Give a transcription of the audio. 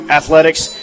athletics